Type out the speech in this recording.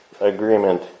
agreement